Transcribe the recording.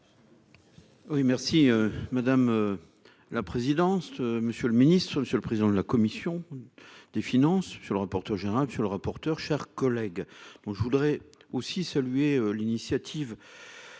Oui merci madame. La présidence. Monsieur le Ministre ce Monsieur le président de la commission. Des finances sur le rapporteur général monsieur le rapporteur. Chers collègues, je voudrais aussi saluer l'initiative.